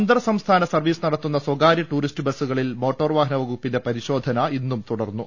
അന്തർസംസ്ഥാന സർവീസ് നടത്തുന്ന സ്വകാര്യ ടൂറിസ്റ്റ് ബസ്സുകളിൽ മോട്ടോർ വാഹനവകുപ്പിന്റെ പരിശോധന ഇന്നും തുടർന്നു